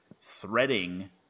threading